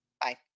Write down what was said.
Bye